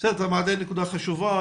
זו נקודה חשובה.